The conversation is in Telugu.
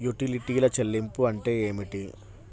యుటిలిటీల చెల్లింపు అంటే ఏమిటి?